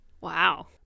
wow